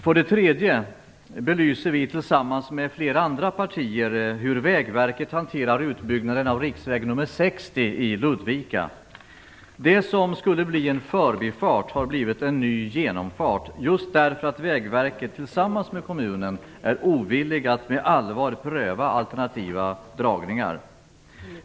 För det tredje belyser vi tillsammans med flera andra partier hur Vägverket hanterar utbyggnaden av riksväg 60 i Ludvika. Det som skulle bli en förbifart har blivit en ny genomfart, just därför att Vägverket tillsammans med kommunen är ovillig att på allvar pröva alternativa dragningar.